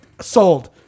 sold